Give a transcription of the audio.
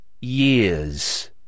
years